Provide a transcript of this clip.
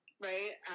right